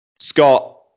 Scott